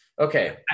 Okay